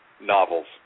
novels